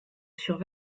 sur